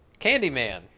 Candyman